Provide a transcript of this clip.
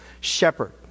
shepherd